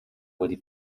wedi